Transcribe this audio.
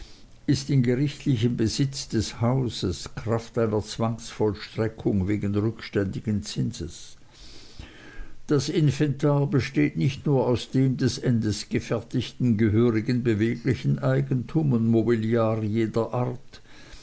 ist in gerichtlichem besitz des hauses kraft einer zwangsvollstreckung wegen rückständigen zinses das inventar besteht nicht nur aus dem dem endesgefertigten gehörigen beweglichen eigentum und mobiliar jeder art